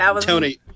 Tony